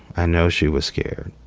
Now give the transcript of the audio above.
i know she was scared.